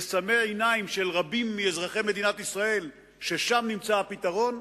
נסמא עיניים של רבים מאזרחי מדינת ישראל ששם נמצא הפתרון,